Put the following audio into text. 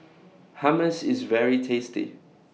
Hummus IS very tasty